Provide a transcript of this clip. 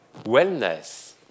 wellness